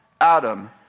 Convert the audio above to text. Adam